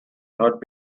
not